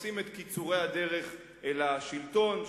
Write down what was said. מחפשים את קיצורי הדרך אל השלטון,